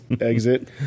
exit